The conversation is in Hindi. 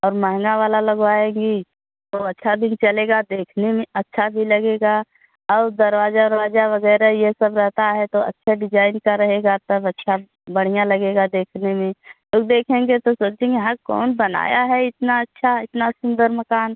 और महँगा वाला लगवाएँगी तो अच्छा दिन चलेगा देखने में अच्छा भी लगेगा और दरवाज़ा वरवाज़ा वगैरह ये सब रहता है तो अच्छा डिजाइन का रहेगा सब अच्छा बढ़िया लगेगा देखने में लोग देखेंगे तो सोचेंगे यहाँ कौन बनाया है इतना अच्छा इतना सुंदर मकान